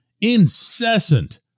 incessant